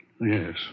Yes